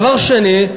דבר שני,